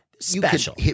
special